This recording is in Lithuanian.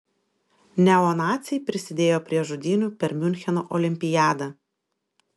neonaciai prisidėjo prie žudynių per miuncheno olimpiadą